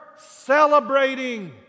celebrating